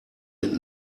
mit